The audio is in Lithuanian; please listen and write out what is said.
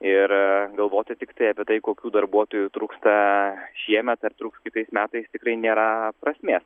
ir galvoti tiktai apie tai kokių darbuotojų trūksta šiemet ar truks kitais metais tikrai nėra prasmės